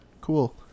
Cool